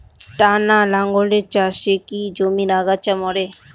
টানা লাঙ্গলের চাষে কি জমির আগাছা মরে?